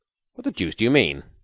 what the deuce do you mean?